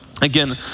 Again